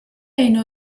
بین